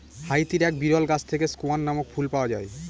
হাইতির এক বিরল গাছ থেকে স্কোয়ান নামক ফুল পাওয়া যায়